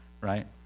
right